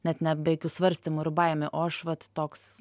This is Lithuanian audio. net ne be jokių svarstymų ir baimių o aš vat toks